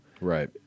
Right